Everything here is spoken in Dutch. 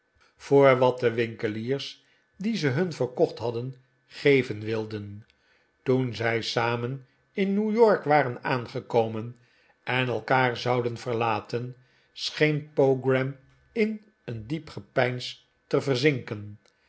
voor wat de winkeliers die ze hun verkocht hadden geven wilden toen zij samen in new york waren aangekomen en elkaar zouden verlaten scheen pogram in een diep gepeins te verzinken